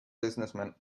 businessmen